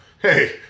Hey